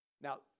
Now